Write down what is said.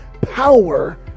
power